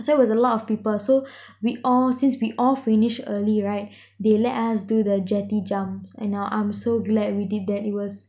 so was a lot of people so we all since we all finish early right they let us do the jetty jumps and now I'm so glad we did that it was